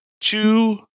two